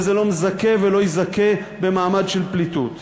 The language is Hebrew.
וזה לא מזכה ולא יזכה במעמד של פליטות.